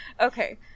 Okay